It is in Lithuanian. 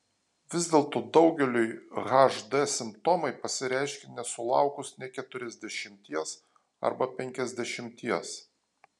vis dėlto daugeliui hd simptomai pasireiškia nesulaukus nė keturiasdešimties arba penkiasdešimties